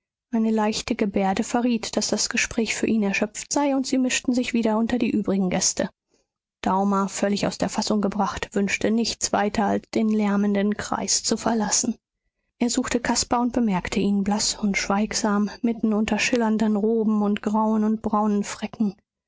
eine leichte gebärde verriet daß das gespräch für ihn erschöpft sei und sie mischten sich wieder unter die übrigen gäste daumer völlig aus der fassung gebracht wünschte nichts weiter als den lärmenden kreis zu verlassen er suchte caspar und bemerkte ihn blaß und schweigsam mitten unter schillernden roben und grauen und braunen